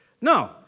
No